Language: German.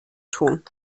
tun